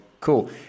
cool